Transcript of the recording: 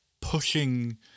pushing